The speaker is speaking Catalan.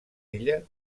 ella